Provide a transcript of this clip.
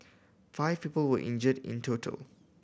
five people were injured in total